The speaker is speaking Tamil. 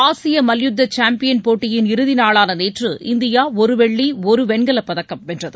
ஆசிய மல்யுத்த சாம்பியன் போட்டியின் இறுதி நாளான நேற்று இந்தியா ஒரு வெள்ளி ஒரு வெண்கலப் பதக்கம் வென்றது